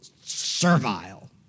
servile